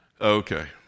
Okay